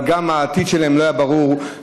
העתיד שלהם לא היה ברור.